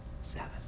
seven